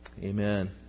Amen